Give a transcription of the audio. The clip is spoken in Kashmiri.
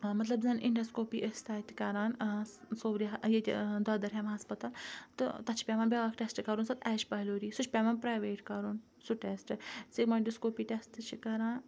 مَطلَب زَن اِنڈوسکوپی ٲسۍ تَتہِ کَران صوورِ ییٚتہِ دۄدَرہامہِ ہَسپَتال تہٕ تَتھ چھُ پیٚوان بیاکھ ٹیٚسٹ کَرُن سُہ ایچپیٚروری سُہ چھُ پیٚوان پرایویٹ کَرُن سُہ ٹیٚسٹ سِمنڈوسکوپی ٹیٚسٹ تہِ چھِ کَران